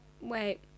Wait